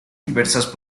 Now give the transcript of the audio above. diversas